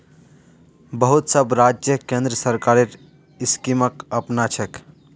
बहुत सब राज्य केंद्र सरकारेर स्कीमक अपनाछेक